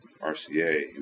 RCA